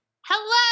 Hello